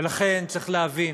ולכן, צריך להבין